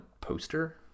poster